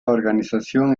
organización